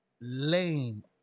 Lame